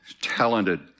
talented